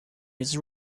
his